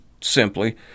simply